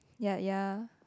ya ya